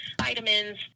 vitamins